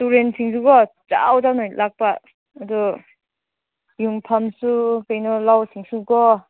ꯇꯨꯔꯦꯟꯁꯤꯡꯁꯨꯀꯣ ꯆꯥꯎꯗꯅ ꯂꯥꯛꯞ ꯑꯗꯣ ꯌꯨꯝꯐꯝꯁꯨ ꯀꯩꯅꯣ ꯂꯧꯁꯤꯡꯁꯨ ꯀꯣ